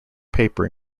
paper